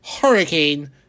hurricane